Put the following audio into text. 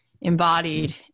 embodied